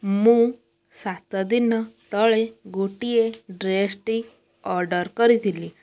ମୁଁ ସାତ ଦିନ ତଳେ ଗୋଟିଏ ଡ୍ରେସ୍ଟି ଅର୍ଡ଼ର୍ କରିଥିଲି